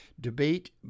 debate